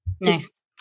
Nice